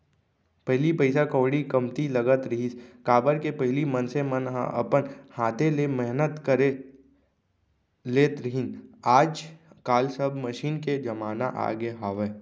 पहिली पइसा कउड़ी कमती लगत रहिस, काबर कि पहिली मनसे मन ह अपन हाथे ले मेहनत कर लेत रहिन आज काल सब मसीन के जमाना आगे हावय